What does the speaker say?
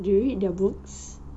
do you read the books